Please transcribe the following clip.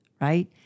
right